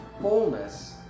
fullness